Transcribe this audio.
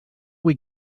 vull